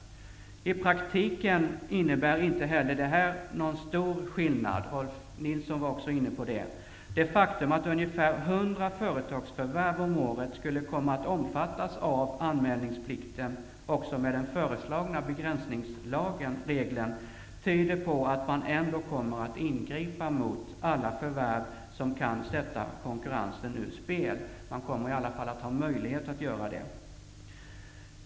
I praktiken innebär inte heller det här någon stor skillnad. Rolf L Nilsson var också inne på detta. Det faktum att ungefär 100 företagsförvärv om året skulle komma att omfattas av anmälningsplikten, också med den föreslagna begränsningsregeln, tyder på att man ändå kommer att ingripa mot alla förvärv som kan sätta konkurrensen ur spel. I alla fall finns möjligheten att göra det.